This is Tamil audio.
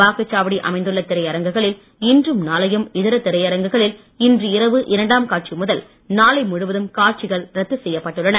வாக்குச்சாவடி அமைந்துள்ள திரையரங்குகளில் இன்றும் நாளையும் இதர திரையரங்குகளில் இன்று இரவு இரண்டாம் காட்சி முதல் நாளை முழுவதும் காட்சிகள் ரத்து செய்யப்பட்டுள்ளன